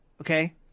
okay